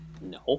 No